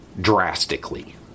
drastically